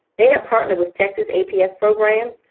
they have partnered with texas aps programs,